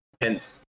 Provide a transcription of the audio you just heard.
Hence